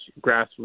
grassroots